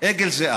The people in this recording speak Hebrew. אגל זיעה.